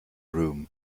room